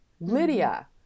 Lydia